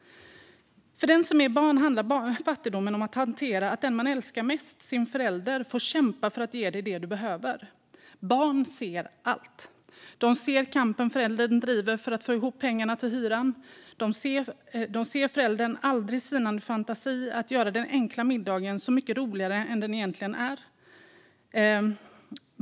För den som är barn handlar fattigdomen om att hantera att den man älskar mest, ens förälder, får kämpa för att ge en det man behöver. Barn ser allt. De ser föräldern kämpa för att få ihop pengar till hyran. De ser förälderns aldrig sinande fantasi för att göra den enkla middagen så mycket roligare än den egentligen är.